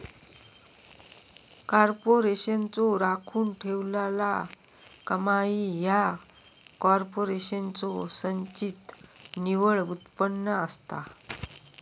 कॉर्पोरेशनचो राखून ठेवलेला कमाई ह्या कॉर्पोरेशनचो संचित निव्वळ उत्पन्न असता